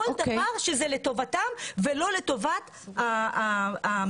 כל דבר שזה לטובתם ולא לטובת המטופל.